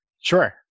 Sure